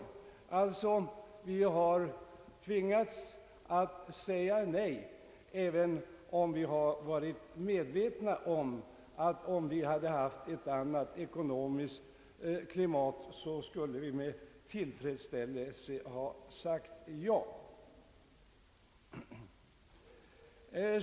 Vi har alltså tvingats att säga nej, även om vi varit medvetna om att vi, om vi haft ett annat ekonomiskt klimat, med tillfredsställelse skulle ha sagt ja.